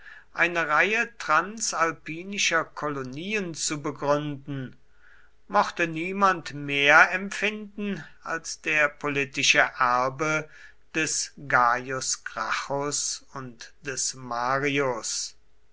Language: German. eine reihe transalpinischer kolonien zu begründen mochte niemand mehr empfinden als der politische erbe des gaius gracchus und des marius